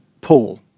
Paul